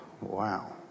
wow